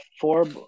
four